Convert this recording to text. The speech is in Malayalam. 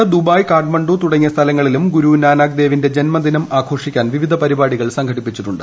വിദേശത്ത് ദുബായ് കാഠ്മണ്ഡു തുടങ്ങിയ സ്ഥലങ്ങളിലും ഗുരുനാനാക്ക് ദേവിന്റെ ജന്മദിനം ആഘോഷിക്കാൻ വിവിധ പരിപാടികൾ സംഘടിപ്പിച്ചിട്ടുണ്ട്